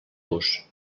vos